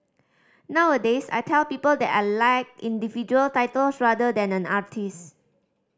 nowadays I tell people that I like individual titles rather than an artist